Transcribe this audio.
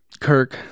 Kirk